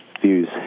views